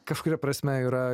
kažkuria prasme yra